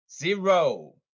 Zero